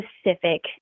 specific